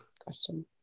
question